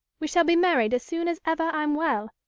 we shall be married as soon as ever i'm well,